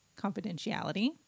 confidentiality